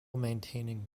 maintaining